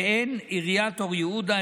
והן עיריית אור יהודה,